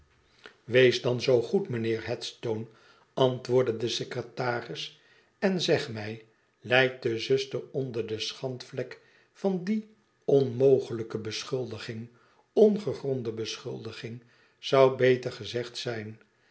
wees dan zoo goed mijnheer headstone antwoordde de secretaris en zeg mij lijdt de zuster onder de schandvlek van die onmogelijke beschuldiging ongegronde beschuldiging zou beter gezegd zijn